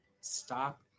stop